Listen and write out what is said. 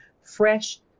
fresh